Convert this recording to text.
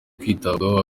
kwitabwaho